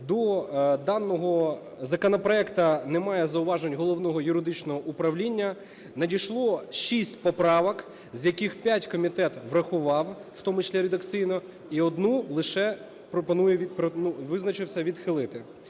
До даного законопроекту немає зауважень Головного юридичного управління. Надійшло шість поправок, з яких п'ять комітет врахував, в тому числі редакційно, і одну лише визначився відхилити.